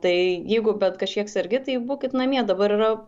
tai jeigu bent kažkiek sergi tai būkit namie dabar yra